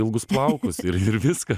ilgus plaukus ir ir viskas